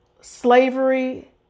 slavery